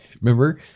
remember